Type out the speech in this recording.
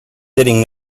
sitting